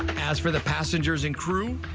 as for the passengers and crew,